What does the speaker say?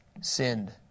sinned